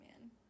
Man